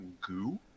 goo